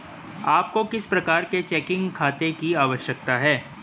आपको किस प्रकार के चेकिंग खाते की आवश्यकता है?